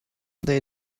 they